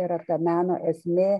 yra ta meno esmė